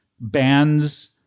bands